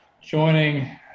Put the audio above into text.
Joining